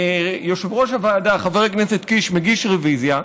יושב-ראש הוועדה חבר הכנסת קיש מגיש רוויזיה,